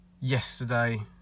yesterday